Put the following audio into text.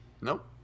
nope